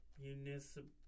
Municipal